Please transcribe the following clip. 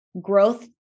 growth